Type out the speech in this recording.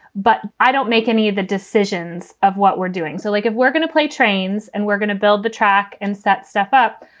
but i don't make any of the decisions of what we're doing. so like, if we're going to play trains and we're going to build the track and set stuff up,